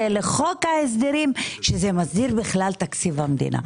לחוק ההסדרים שמסדיר את תקציב המדינה.